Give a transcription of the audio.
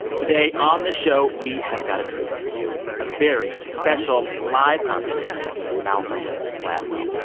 today on the show, we have got a treat for you a very special live conversation with malcolm gladwell.